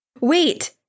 Wait